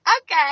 okay